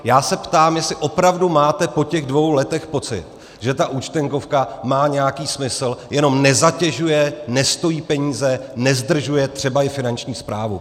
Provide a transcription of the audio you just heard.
Já se ptám, jestli opravdu máte po těch dvou letech pocit, že ta Účtenkovka má nějaký smysl, jenom nezatěžuje, nestojí peníze, nezdržuje třeba i Finanční správu.